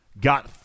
got